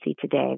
today